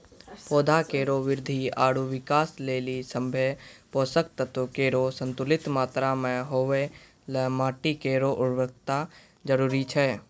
पौधा केरो वृद्धि आरु विकास लेलि सभ्भे पोसक तत्व केरो संतुलित मात्रा म होवय ल माटी केरो उर्वरता जरूरी छै